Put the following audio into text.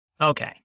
Okay